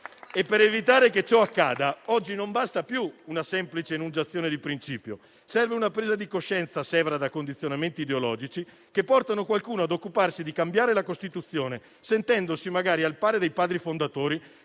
Per evitare che ciò accada, oggi non basta più una semplice enunciazione di principio, ma serve una presa di coscienza scevra da condizionamenti ideologici che portano qualcuno ad occuparsi di cambiare la Costituzione, sentendosi magari al pari dei Padri fondatori